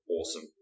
Awesome